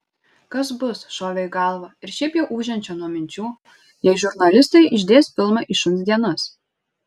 kas bus šovė į galvą ir šiaip jau ūžiančią nuo minčių jei žurnalistai išdės filmą į šuns dienas